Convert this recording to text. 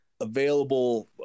available